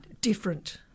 different